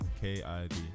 K-I-D